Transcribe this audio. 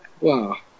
Wow